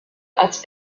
als